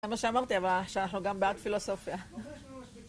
זה מה שאמרתי, שאנחנו גם בעד פילוסופיה.